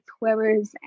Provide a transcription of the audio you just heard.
whoever's